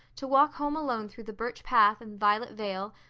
to walk home alone through the birch path and violet vale,